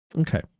Okay